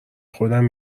خودم